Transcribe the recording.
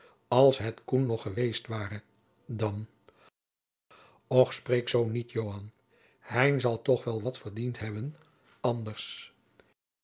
als het koen nog geweest ware dan och spreek zoo niet joan hein zal toch wel wat verdiend hebben anders